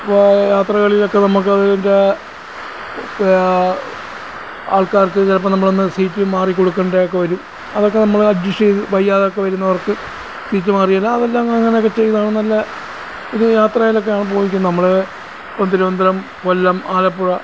ഇപ്പം യാത്രകളിലൊക്കെ നമുക്ക് അതിൻ്റെ ആൾക്കാർക്ക് ചിലപ്പം നമ്മളൊന്ന് സീറ്റ് മാറി കൊടുക്കേണ്ട ഒക്കെ വരും അതൊക്കെ നമ്മൾ അഡ്ജസ്റ്റ് ചെയ്ത് വയ്യാതെ ഒക്കെ വരുന്നവർക്ക് സീറ്റ് മാറി അതെല്ലാം അങ്ങനെ ഒക്കെ ചെയ്താണ് നല്ല ഒരു യാത്രയിലൊക്കെ ആണ് പോയിരിക്കുന്നത് നമ്മൾ തിരുവനന്തപുരം കൊല്ലം ആലപ്പുഴ